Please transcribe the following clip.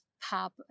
pub